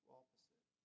opposite